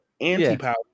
anti-power